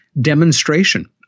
demonstration